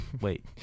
Wait